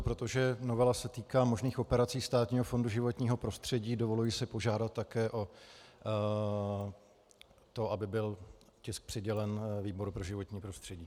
Protože novela se týká možných operací Státního fondu životního prostředí, dovoluji si požádat také o to, aby byl tisk přidělen výboru pro životní prostředí.